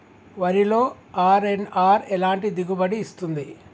వరిలో అర్.ఎన్.ఆర్ ఎలాంటి దిగుబడి ఇస్తుంది?